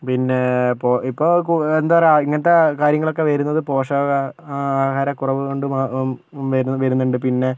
പിന്നെ ഇപ്പോൾ ഇപ്പം എന്താ പറയുക ഇങ്ങനത്തെ കാര്യങ്ങളൊക്കെ വരുന്നത് പോഷക ആഹാര കുറവ് കൊണ്ടും വരുന്നുണ്ട് പിന്നെ